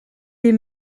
des